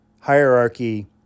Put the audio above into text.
hierarchy